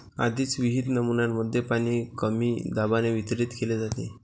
आधीच विहित नमुन्यांमध्ये पाणी कमी दाबाने वितरित केले जाते